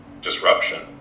disruption